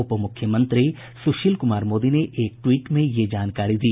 उपमुख्यमंत्री सुशील कुमार मोदी ने एक ट्वीट में यह जानकारी दी